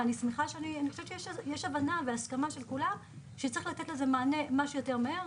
ואני חושבת שיש הבנה והסכמה של כולם שצריך לתת לזה מענה כמה שיותר מהר,